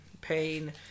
Pain